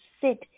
sit